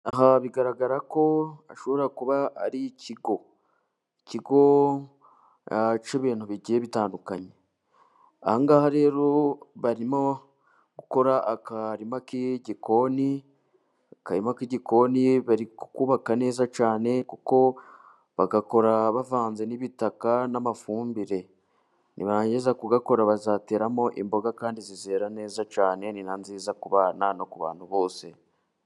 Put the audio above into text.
Aha bigaragara ko hashobora kuba ari ikigo. Ikigo cy'ibintu bigiye bitandukanye. Aha ngaha rero barimo gukora akarima k'igikoni, bari kukubaka neza cyane kuko bagakora bavanze n'ibitaka n'amafumbire. Nibarangiza kugakora bazateramo imboga kandi zizera neza cyane. ni na nziza kubana no ku bantu bose.